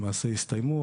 למעשה הסתיימו.